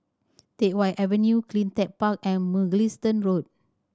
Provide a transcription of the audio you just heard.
Teck Whye Avenue Cleantech Park and Mugliston Road